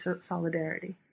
solidarity